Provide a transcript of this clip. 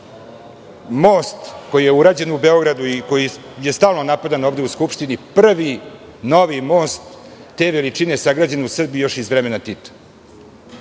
most koji je urađen u Beogradu i koji je stalno napadan ovde u Skupštini - prvi novi most te veličine sagrađen u Srbiji, još iz vremena Tita.